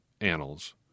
annals